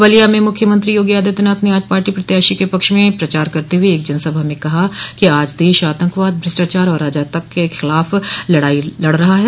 बलिया में मुख्यमंत्री योगी आदित्यनाथ ने आज पार्टी प्रत्याशी के पक्ष में प्रचार करते हुए एक जनसभा में कहा कि आज देश आतंकवाद भ्रष्टाचार और अराजकता के खिलाफ लड़ाई लड़ रहा है